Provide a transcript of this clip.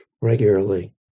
regularly